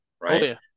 right